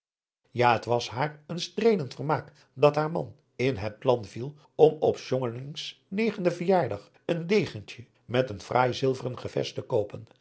ja het was haar een streelend vermaak dat haar man in het plan viel om op s jongelings negenden verjaardag een degentje met een fraai zilveren gevest te koopen